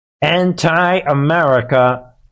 Anti-America